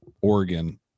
Oregon